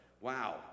Wow